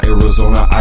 Arizona